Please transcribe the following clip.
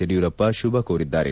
Yediyurappa ಶುಭಕೋರಿದ್ದಾರೆ